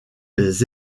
les